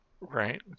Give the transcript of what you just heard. Right